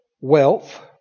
wealth